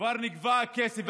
כבר נגבה הכסף,